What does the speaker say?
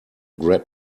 grab